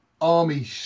army